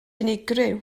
unigryw